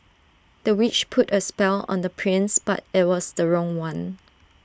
the witch put A spell on the prince but IT was the wrong one